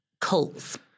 cults